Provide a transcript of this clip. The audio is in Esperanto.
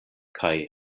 kaj